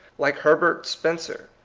like herbert spencer,